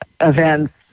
events